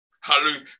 Hallelujah